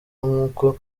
nk’uko